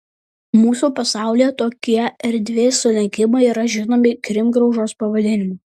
mūsų pasaulyje tokie erdvės sulenkimai yra žinomi kirmgraužos pavadinimu